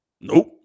Nope